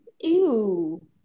Ew